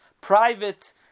private